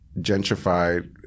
gentrified